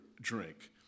drink